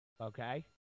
okay